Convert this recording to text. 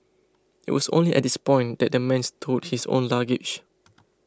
it was only at this point that the man stowed his own luggage